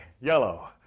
yellow